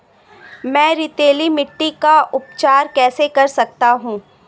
मैं रेतीली मिट्टी का उपचार कैसे कर सकता हूँ?